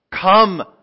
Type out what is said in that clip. come